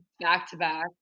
back-to-back